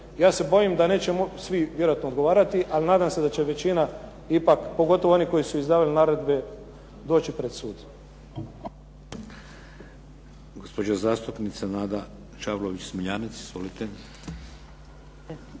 Ja se bojim da nećemo svi vjerojatno odgovarati ali nadam se da će većina ipak, pogotovo oni koji su izdavali naredbe doći pred sud.